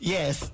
Yes